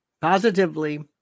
positively